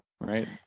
Right